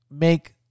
make